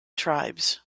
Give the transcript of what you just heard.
tribes